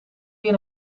weer